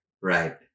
Right